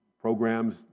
programs